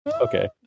Okay